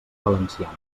valenciana